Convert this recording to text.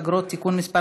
אגרות והוצאות (תיקון מס'